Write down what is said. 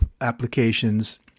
applications